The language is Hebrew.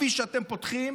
שאתם פותחים,